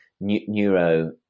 neuro